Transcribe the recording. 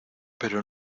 pero